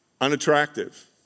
unattractive